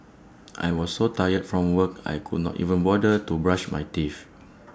I was so tired from work I could not even bother to brush my teeth